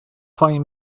find